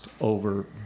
over